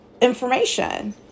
information